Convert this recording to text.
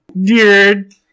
Dude